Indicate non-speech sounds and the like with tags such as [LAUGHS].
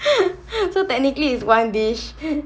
[LAUGHS] so technically it's one dish